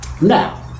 Now